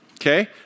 okay